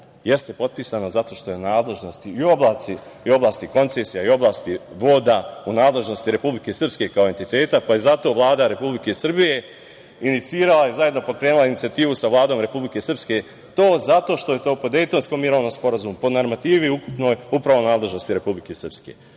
jeste potpisano zato što su nadležnosti u oblasti koncesija i oblasti voda u nadležnosti Republike Srpske, kao entiteta, pa je zato Vlada Republike Srbije inicirala i zajedno pokrenula inicijativu sa Vladom Republike Srpske, i to zato što je po Dejtonskom mirovnom sporazumu, po normativi u nadležnosti Republike Srpske.